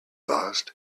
lost